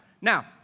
Now